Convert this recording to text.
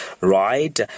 right